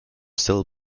still